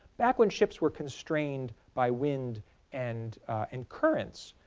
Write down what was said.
back when ships were constrained by wind and and currents,